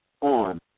on